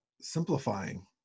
simplifying